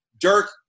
Dirk